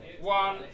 one